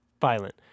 violent